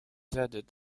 added